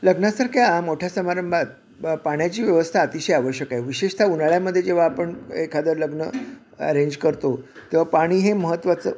लग्नासारख्या मोठ्या समारंभात पाण्याची व्यवस्था अतिशय आवश्यक आहे विशेषतः उन्हाळ्यामध्ये जेव्हा आपण एखादं लग्न अरेंज करतो तेव्हा पाणी हे महत्त्वाचं